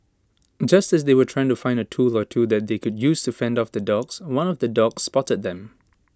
just as they were trying to find A tool or two that they could use to fend off the dogs one of the dogs spotted them